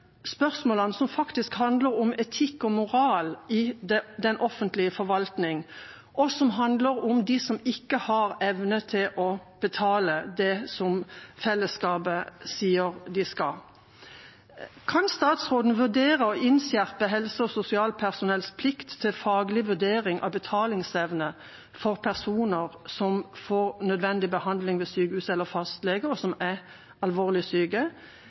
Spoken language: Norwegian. spørsmålene, som faktisk handler om etikk og moral i den offentlige forvaltning, og om dem som ikke har evnen til å betale det fellesskapet sier de skal. Kan statsråden vurdere å innskjerpe helse- og sosialpersonells plikt til faglig vurdering av betalingsevne for personer som får nødvendig behandling ved sykehus eller av fastlege, og som er alvorlig syke?